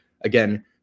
again